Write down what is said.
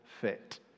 fit